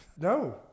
No